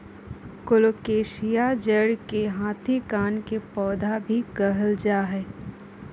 colocasia जड़ के हाथी कान के पौधा भी कहल जा हई